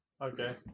okay